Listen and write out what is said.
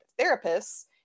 therapists